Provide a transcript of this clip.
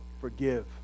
forgive